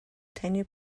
таны